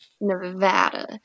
Nevada